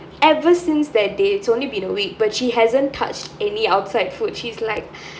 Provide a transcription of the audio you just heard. ever since that day it's only been a week but she hasn't touched any outside food she's like